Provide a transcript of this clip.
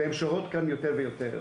והן שוהות כאן יותר ויותר.